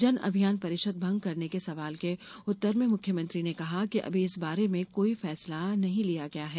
जन अभियान परिषद भंग करने के सवाल के उत्तर में मुख्यमंत्री ने कहा कि अभी इस बारे में कोई फैसला नहीं लिया गया है